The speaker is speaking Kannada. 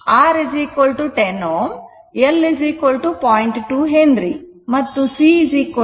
R 10 ohm and L 0